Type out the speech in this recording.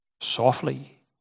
softly